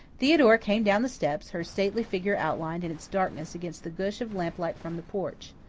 theodora came down the steps, her stately figure outlined in its darkness against the gush of lamplight from the porch.